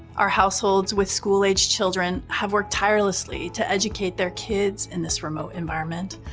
our households with school-aged children have worked tirelessly to educate their kids in this remote environment.